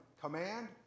command